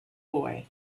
boy